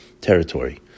territory